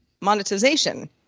monetization